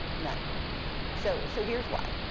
none. so so here's why.